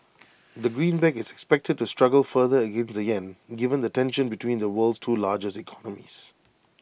the greenback is expected to struggle further against the Yen given the tension between the world's two largest economies